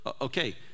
Okay